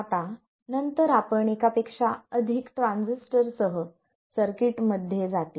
आता नंतर आपण एकापेक्षा अधिक ट्रान्झिस्टर सह सर्किटमध्ये जातील